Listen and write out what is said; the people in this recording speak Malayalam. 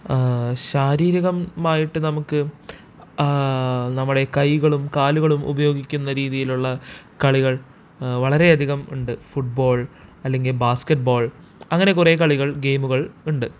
ശാരീരികമായിട്ട് നമുക്ക് നമ്മുടെ കൈകളും കാലുകളും ഉപയോഗിക്കുന്ന രീതിയിലുള്ള കളികൾ വളരെയധികം ഉണ്ട് ഫുട്ബോൾ അല്ലെങ്കിൽ ബാസ്ക്കറ്റ്ബോൾ അങ്ങനെ കുറേ കളികൾ ഗെയ്മുകൾ ഉണ്ട്